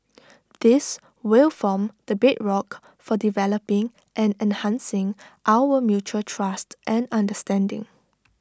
this will form the bedrock for developing and enhancing our mutual trust and understanding